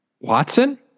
Watson